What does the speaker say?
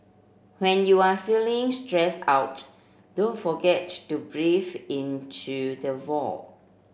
when you are feeling stressed out don't forget to breathe into the void